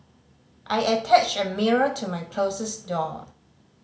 I attached a mirror to my closet door